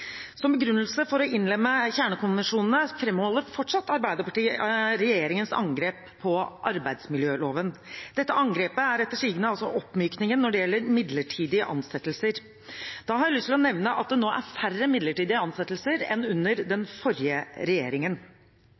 Som begrunnelse for å innlemme kjernekonvensjonene, framholder Arbeiderpartiet fortsatt regjeringens angrep på arbeidsmiljøloven. Dette angrepet er etter sigende oppmykingen når det gjelder midlertidige ansettelser. Da har jeg lyst til å nevne at det nå er færre midlertidig ansatte enn under den forrige regjeringen.